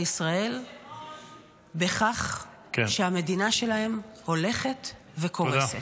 ישראל בכך שהמדינה שלהם הולכת וקורסת.